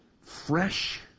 fresh